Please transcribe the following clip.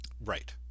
Right